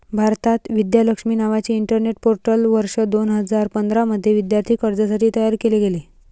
भारतात, विद्या लक्ष्मी नावाचे internet portal वर्ष दोन हजार पंधरा मध्ये विद्यार्थी कर्जासाठी तयार केले गेले